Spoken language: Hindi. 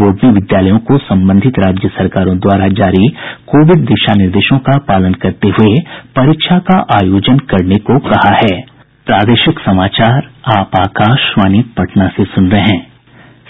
बोर्ड ने विद्यालयों को संबंधित राज्य सरकारों द्वारा जारी कोविड दिशा निर्देशों का पालन करते हुये परीक्षा का आयोजन करने को कहा है